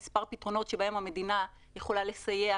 מספר פתרונות שבהם המדינה יכולה לסייע.